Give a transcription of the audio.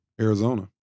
Arizona